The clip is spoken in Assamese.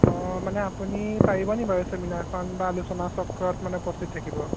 অঁ মানে আপুনি পাৰিবনি বাৰু চেমিনাৰখন বা আলোচনা চক্ৰত মানে উপস্থিত থাকিব